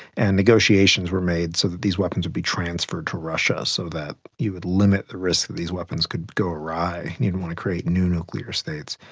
and negotiations were made so that these weapons would be transferred to russia so that you would limit the risk that these weapons could go awry and you'd create new nuclear states.